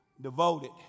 devoted